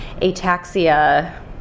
ataxia